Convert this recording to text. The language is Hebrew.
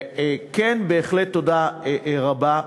כן, בהחלט תודה רבה.